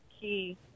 key